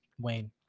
Wayne